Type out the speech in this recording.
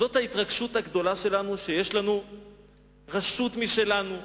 זאת ההתרגשות הגדולה שלנו שיש לנו רשות משלנו,